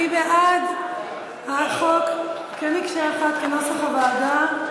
מי בעד החוק כמקשה אחת כנוסח הוועדה?